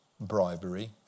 bribery